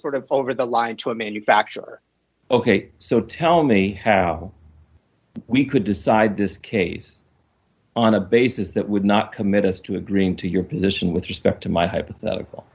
sort of over the line to a manufacturer ok so tell me how we could decide this case on a basis that would not commit us to agreeing to your position with respect to my hypothetical